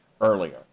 earlier